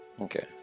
Okay